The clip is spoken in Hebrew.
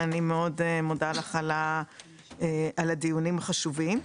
אני מאוד מודה לך על הדיונים החשובים.